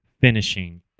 finishing